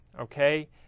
Okay